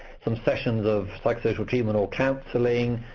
some sessions of psychosocial treatment or counseling.